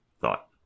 thought